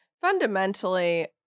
Fundamentally